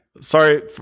Sorry